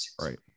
right